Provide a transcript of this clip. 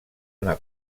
una